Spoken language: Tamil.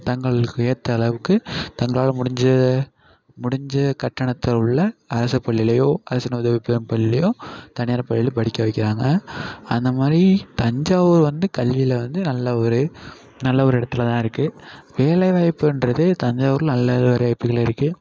தங்களுக்கு ஏற்ற அளவுக்கு தங்களால் முடிஞ்ச முடிஞ்ச கட்டணத்தில் உள்ள அரசு பள்ளிலேயோ அரசின் உதவிப்பெறும் பள்ளிலேயோ தனியார் பள்ளிலேயோ படிக்க வைக்கிறாங்க அந்தமாதிரி தஞ்சாவூர் வந்து கல்வியில் வந்து நல்ல ஒரு நல்ல ஒரு இடத்துலதான் இருக்குது வேலை வாய்ப்புன்றது தஞ்சாவூரில்நல்ல வேலை வாய்ப்புகள் இருக்குது